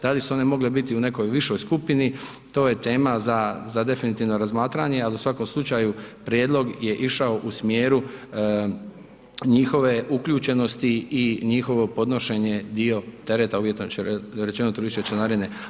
Da li su one mogle biti u nekoj višoj skupini, to je tema za definitivno razmatranje, ali u svakom slučaju prijedlog je išao u smjeru njihove uključenosti i njihovo podnošenje dio tereta uvjetno rečeno od turističke članarine.